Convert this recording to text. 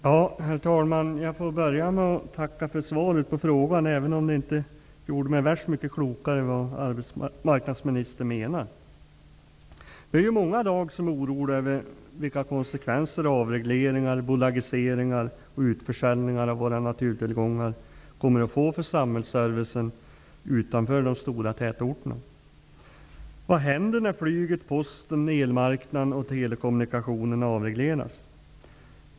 Herr talman! Jag börjar med att tacka för svaret på frågan, även om jag inte blev värst mycket klokare vad gäller vad arbetsmarknadsministern menar. Det är många som i dag är oroliga över vilka konsekvenser avregleringar, bolagiseringar och utförsäljningar av våra naturtillgångar kommer att få för samhällsservicen utanför de stora tätorterna. Vad händer när flyget, posten, elmarknaden och telekommunikationen avregleras?